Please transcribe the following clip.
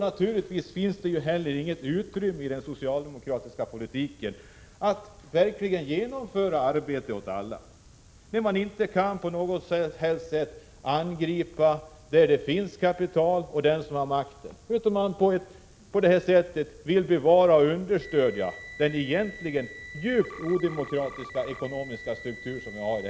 Naturligtvis finns det i den socialdemokratiska politiken inget utrymme för att klara målet om arbete åt alla. Man kan inte på något som helst sätt angripa dem som har makt och kapital. I stället vill man bevara och understödja den egentligen djupt — Prot. 1986/87:94 odemokratiska ekonomiska strukturen i landet.